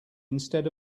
instead